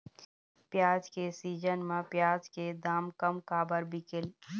प्याज के सीजन म प्याज के दाम कम काबर बिकेल?